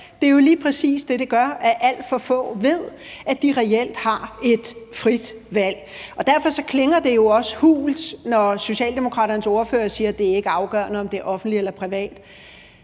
Det er jo lige præcis det, det gør, i forhold til at alt for få ved, at de reelt har et frit valg. Derfor klinger det jo også hult, når Socialdemokraternes ordfører siger, at det ikke er afgørende, om det er offentligt eller privat,